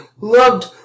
Loved